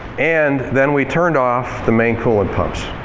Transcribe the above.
and then we turned off the main coolant pumps.